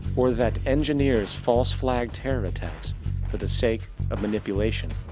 or that engineers false-flag terror attacks for the sake of manipulation?